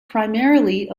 primarily